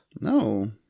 No